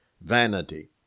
vanity